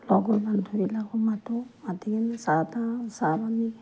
আৰু কোনোবা নেথাকিলে আকৌ মাতোঁ মাতি পিনি চাহ তাহ চাহ বনাওঁ